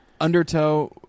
Undertow